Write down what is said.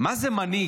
מה זה מנהיג?